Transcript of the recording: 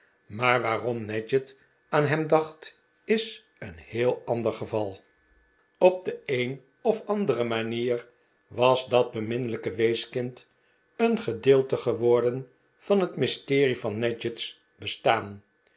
maar waarom nadgett aan hem dacht is een heel ander geval op de een of andere manier was dat beminnelijke weeskind een gedeelte geworden van het mysterie van nadgett's bestaan